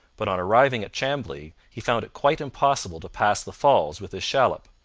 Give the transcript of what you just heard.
but on arriving at chambly he found it quite impossible to pass the falls with his shallop.